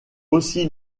aussi